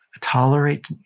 Tolerate